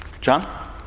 John